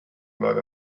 lot